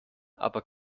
aber